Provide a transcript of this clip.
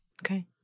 Okay